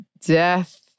death